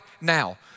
now